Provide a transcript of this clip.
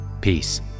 peace